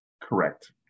Correct